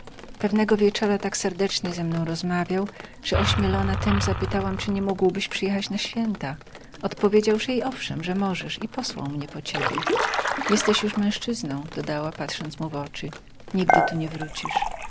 pewnego wieczora tak serdecznie ze mną rozmawiał że ośmielona tem zapytałam czy nie mógłbyś przyjechać na święta odpowiedział że i owszem że możesz i posłał mię po ciebie jesteś już mężczyzną dodała patrząc mu w oczy nigdy tu nie wrócisz